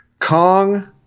Kong